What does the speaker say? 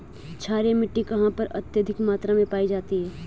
क्षारीय मिट्टी कहां पर अत्यधिक मात्रा में पाई जाती है?